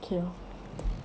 okay lor